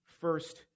first